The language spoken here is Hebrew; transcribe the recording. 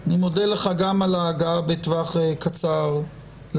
אני מודה לך גם על ההגעה בטווח קצר לדיון,